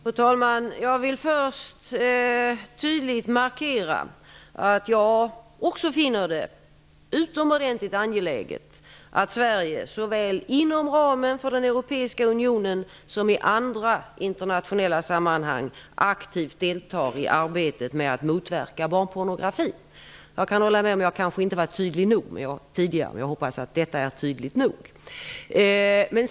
Fru talman! Jag vill först tydligt markera att jag också finner det utomordentligt angeläget att Sverige, såväl inom ramen för den europeiska unionen som i andra internationella sammanhang, aktivt deltar i arbetet med att motverka barnpornografi. Jag kan hålla med om att jag tidigare kanske inte har varit tydlig, men jag hoppas att detta är tydligt nog.